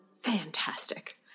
fantastic